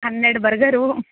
ಹನ್ನೆರಡು ಬರ್ಗರು